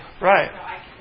right